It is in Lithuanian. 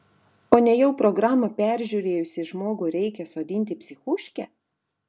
o nejau programą peržiūrėjusį žmogų reikia sodinti į psichuškę